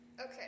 Okay